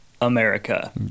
America